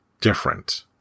different